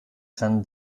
kann